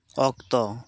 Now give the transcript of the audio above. ᱚᱠᱛᱚ